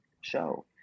show